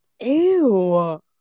Ew